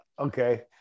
Okay